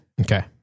Okay